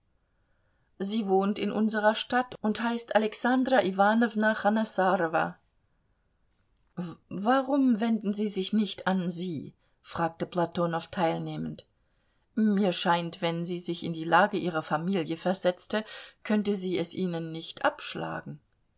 sie wohnt in unserer stadt und heißt alexandra iwanowna chanassarowa warum wenden sie sich nicht an sie fragte platonow teilnehmend mir scheint wenn sie sich in die lage ihrer familie versetzte könnte sie es ihnen nicht abschlagen